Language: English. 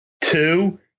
Two